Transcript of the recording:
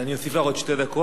אז אני אוסיף לך עוד שתי דקות.